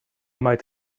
might